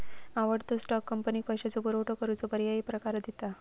आवडतो स्टॉक, कंपनीक पैशाचो पुरवठो करूचो पर्यायी प्रकार दिता